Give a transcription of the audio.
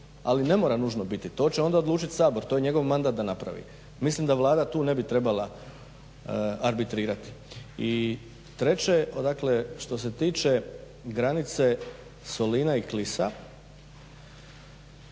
Ali ne mora nužno biti, to će onda odlučit Sabor, to je njegov mandat da napravi. Mislim da Vlada tu ne bi trebala arbitrirati. I treće, što se tiče granice Solina i Klisa,